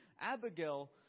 Abigail